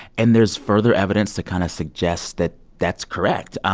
and there's further evidence to kind of suggest that that's correct. um